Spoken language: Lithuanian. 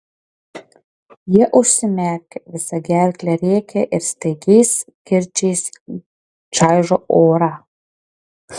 jie užsimerkia visa gerkle rėkia ir staigiais kirčiais čaižo orą